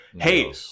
hey